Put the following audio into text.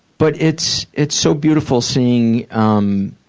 but it's it's so beautiful seeing um